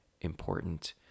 important